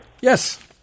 Yes